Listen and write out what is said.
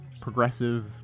progressive